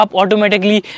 automatically